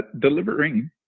delivering